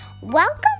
Welcome